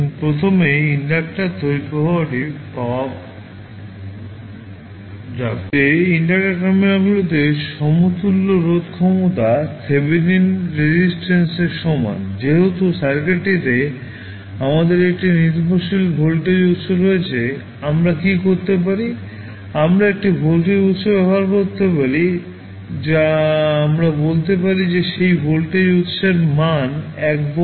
প্রথম পদ্ধতিতে ইন্ডাক্টর টার্মিনালগুলিতে সমতুল্য রোধ ক্ষমতা থেভেনিন রেজিস্ট্যান্সের সমান যেহেতু সার্কিটটিতে আমাদের একটি নির্ভরশীল ভোল্টেজ উৎস রয়েছে আমরা কী করতে পারি আমরা একটি ভোল্টেজ উৎস ব্যবহার করতে পারি যা আমরা বলতে পারি যে সেই ভোল্টেজ উত্সের মান 1 ভোল্ট